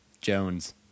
Jones